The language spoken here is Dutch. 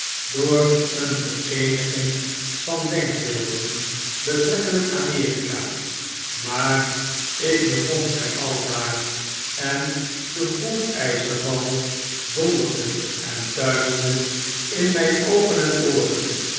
door een vereeniging van denkbeelden betrekkelijk amerika maar ik bevond mij aidaar en de hoefijzer val donderde en tuimelde in mp oogen en ooren